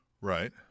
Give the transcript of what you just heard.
Right